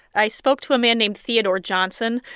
i spoke to a man named theodore johnson.